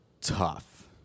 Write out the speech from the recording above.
tough